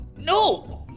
No